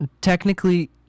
Technically